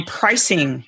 pricing